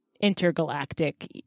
intergalactic